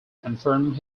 confirmed